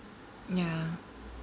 mm ya